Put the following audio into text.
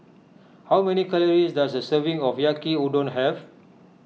how many calories does a serving of Yaki Udon have